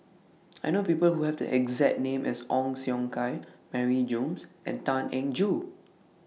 I know People Who Have The exact name as Ong Siong Kai Mary Gomes and Tan Eng Joo